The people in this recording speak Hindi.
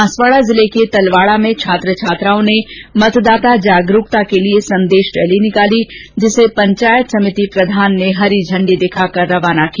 बांसवाड़ा जिले के तलवाड़ा में छात्र छात्राओं ने मतदाता जागरूकता के लिए संदेश रैली निकाली जिसे पंचायत समिति प्रधान ने हरी झंडी दिखाकर रवाना किया